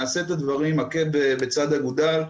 ונעשה את הדברים עקב בצד אגודל.